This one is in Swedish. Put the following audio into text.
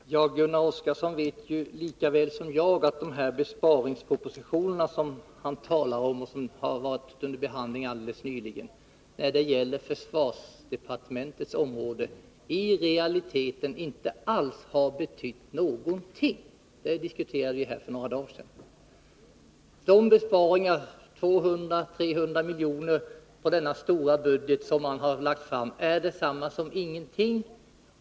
Herr talman! Gunnar Oskarson vet lika väl som jag att i de besparingspropositioner, som han talar om och som varit under behandling alldeles nyligen, för försvarsdepartementets område i realiteten inte har betytt någonting alls. Det diskuterade vi här för några dagar sedan. De besparingar, 200-300 miljoner, som man föreslagit på denna stora budget är detsamma som ingenting.